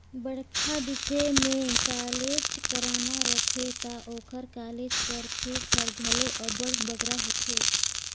बड़खा बिसे में कॉलेज कराना रहथे ता ओकर कालेज कर फीस हर घलो अब्बड़ बगरा होथे